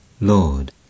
Lord